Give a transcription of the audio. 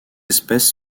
espèces